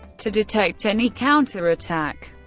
to detect any counterattack.